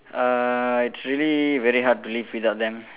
uh it's really very hard to live without them